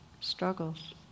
struggles